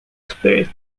spirited